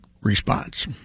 response